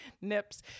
nips